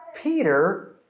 Peter